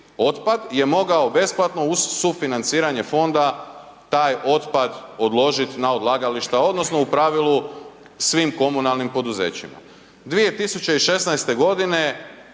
otpad je mogao besplatno uz sufinanciranje fonda taj otpad odložiti na odlagališta odnosno u pravilu svim komunalnim poduzećima. 2016. godine